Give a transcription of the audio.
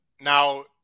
now